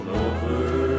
over